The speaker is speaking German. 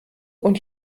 und